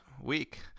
week